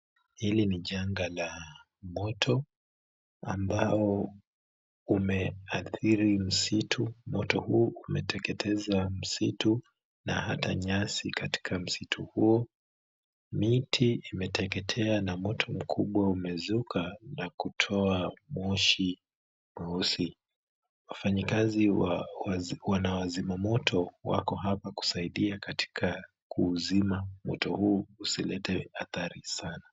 Hili ni janga la moto, ambao umeathiri msitu. Moto huu umeteketeza msitu na hata nyasi katika msitu huo. Miti imeteketea na moto mkubwa umezuka na kutoa moshi mweusi. Wafanyikazi wa wazi, wanaozima moto wako hapa kusaidia katika kuuzima moto huu usilete athari sana.